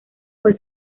fue